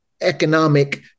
economic